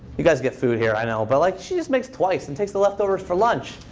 you guys get food here, i know. but like she just makes twice and takes the leftovers for lunch.